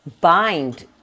BIND